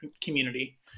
community